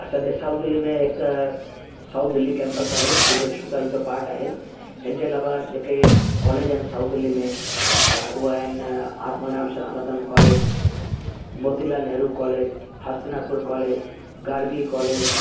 असांजे साउथ दिल्ली में हिकु त साउथ दिल्ली केंपस आहे दिल्ली विश्वविद्यालय जो पाट आहे हिन जे अलावा जेके कॉलेज आहिनि साउथ दिल्ली में उहे आहिनि Atmaram Sanatan Dharam college Motilal Nehru college Hastinapur college Gargi college